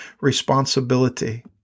responsibility